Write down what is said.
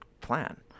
plan